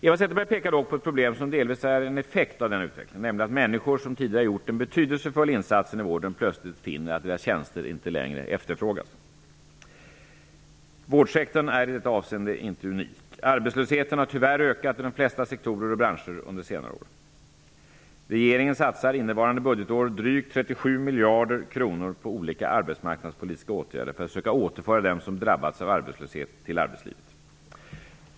Eva Zetterberg pekar dock på ett problem som delvis är en effekt av denna utveckling, nämligen att människor som tidigare gjort en betydelsefull insats i vården plötsligt finner att deras tjänster inte längre efterfrågas. Vårdsektorn är i detta avseende inte unik. Arbetslösheten har tyvärr ökat i de flesta sektorer och branscher under senare år. Regeringen satsar innevarande budgetår drygt 37 miljarder kronor på olika arbetsmarknadspolitiska åtgärder för att söka återföra dem som drabbas av arbetslöshet till arbetslivet.